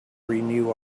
renew